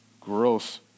gross